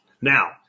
Now